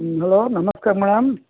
ಹ್ಞೂ ಹಲೋ ನಮಸ್ತೇ ಮೇಡಮ್